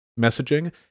messaging